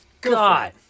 God